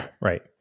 Right